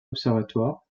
observatoire